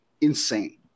insane